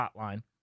hotline